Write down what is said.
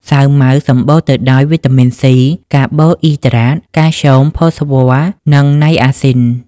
សាវម៉ាវ សម្បូរទៅដោយវីតាមីនសុី, កាបូអ៊ីដ្រាត កាល់ស្យូម ផូស្វ័រ និងណៃអាស៊ីន។